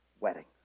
wedding